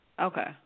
Okay